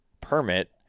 permit